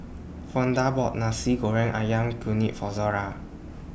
Fonda bought Nasi Goreng Ayam Kunyit For Zora